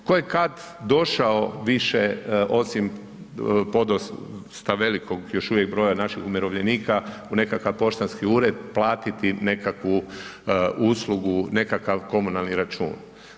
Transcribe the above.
Tko je kad došao više, osim podosta velikog još uvijek broja naših umirovljenika u nekakav poštanski ured platiti nekakvu uslugu, nekakav komunalni račun?